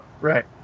Right